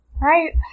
Right